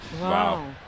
Wow